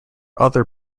other